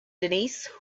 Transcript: denise